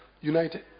United